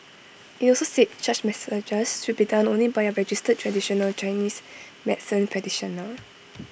IT also said such massages should be done only by A registered traditional Chinese medicine practitioner